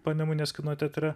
panemunės kino teatre